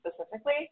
specifically